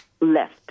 left